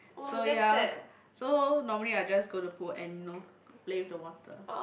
so ya so normally I just go to pool and you know play with the water